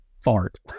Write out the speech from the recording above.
fart